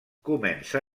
comença